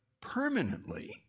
permanently